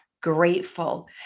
grateful